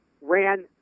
ran